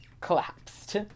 collapsed